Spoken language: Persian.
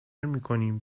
میکنیم